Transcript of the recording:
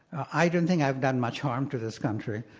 i don't think i've done much harm to this country.